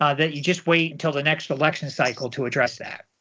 um that you just wait until the next election cycle to address that.